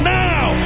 now